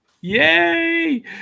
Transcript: Yay